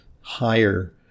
higher